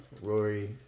Rory